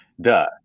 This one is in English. duh